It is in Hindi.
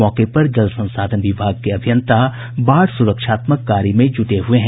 मौके पर जल संसाधन विभाग के अभियंता बाढ़ सुरक्षात्मक कार्य में जुटे हुये हैं